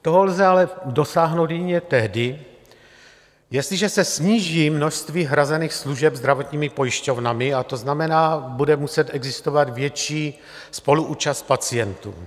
Toho lze ale dosáhnout jedině tehdy, jestliže se sníží množství služeb hrazených zdravotními pojišťovnami, to znamená, bude muset existovat větší spoluúčast pacientů.